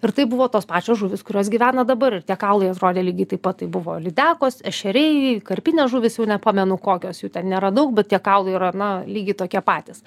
ir tai buvo tos pačios žuvys kurios gyvena dabar ir tie kaulai atrodė lygiai taip pat tai buvo lydekos ešeriai karpinės žuvys jau nepamenu kokios jų ten nėra daug bet tie kaulai yra na lygiai tokie patys